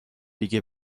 دیگه